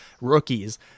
rookies